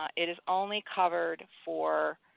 ah it is only covered for